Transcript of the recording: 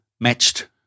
matched